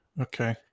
Okay